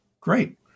Great